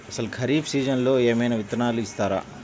అసలు ఖరీఫ్ సీజన్లో ఏమయినా విత్తనాలు ఇస్తారా?